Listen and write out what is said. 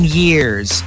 years